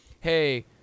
hey